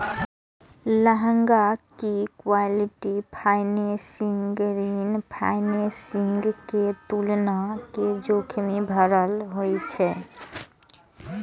हालांकि equity financing ऋण financing के तुलना मे जोखिम भरल होइ छै